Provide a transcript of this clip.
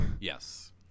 Yes